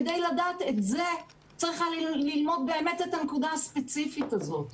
כדי לדעת את זה צריך היה ללמוד באמת את הנקודה הספציפית הזאת.